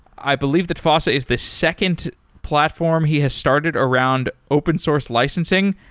i believe that fossa is the second platform he has started around open source licensing.